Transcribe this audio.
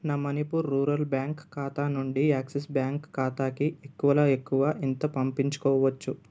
నా Manipur rural bank ఖాతా నుండి యాక్సిస్ బ్యాంక్ ఖాతాకి ఎక్కువలో ఎక్కువ ఎంత పంపించుకోవచ్చు